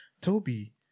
Toby